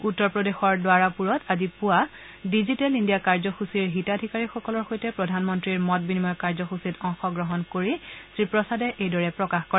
উত্তৰ প্ৰদেশৰ দ্বাৰাপূৰত আজি পুৱা ডিজিটেল ইণ্ডিয়া কাৰ্য্যসূচীৰ হিতাধিকাৰীসকলৰ সৈতে প্ৰধানমন্তীৰ মত বিনিময় কাৰ্য্যসূচীত অংশগ্ৰহণ কৰি শ্ৰীপ্ৰসাদে এইদৰে প্ৰকাশ কৰে